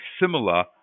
similar